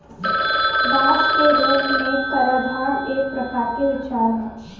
दास के रूप में कराधान एक प्रकार के विचार ह